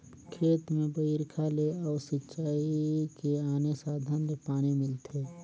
खेत में बइरखा ले अउ सिंचई के आने साधन ले पानी मिलथे